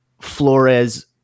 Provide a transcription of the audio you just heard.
Flores